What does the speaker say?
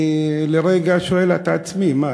אני לרגע שואל את עצמי: מה,